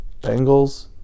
Bengals